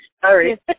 sorry